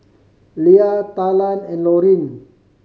Lea Talan and Laurine